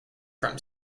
from